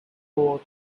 four